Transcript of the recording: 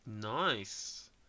nice